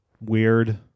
weird